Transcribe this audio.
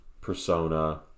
persona